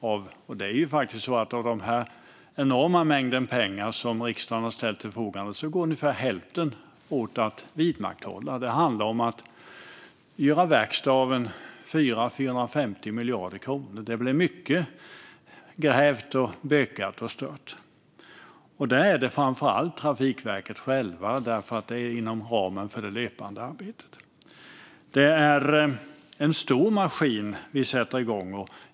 Av den enorma mängd pengar som riksdagen har ställt till förfogande går ungefär hälften till ett vidmakthållande. Det handlar om att göra verkstad av 400-450 miljarder kronor. Det blir mycket grävt, bökat och stört. Det gäller framför allt Trafikverket, eftersom det här sker inom ramen för det löpande arbetet. Det är en stor maskin som vi sätter igång.